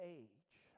age